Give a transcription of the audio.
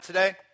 Today